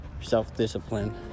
self-discipline